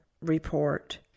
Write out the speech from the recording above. report